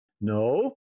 No